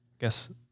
guess